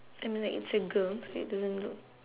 I mean like it's a girl so it doesn't look